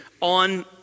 On